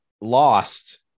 lost